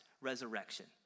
resurrection